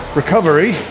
recovery